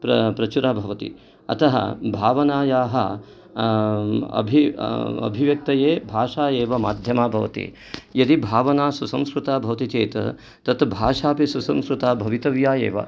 प्रचुरा भवति अतः भावनायाः अभिव्यक्त्यै भाषा एव माध्यम भवति यदि भावना सुसंस्कृता भवति चेत् तत्भाषा अपि सुसंस्कृता भवितव्या एव